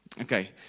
Okay